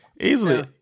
Easily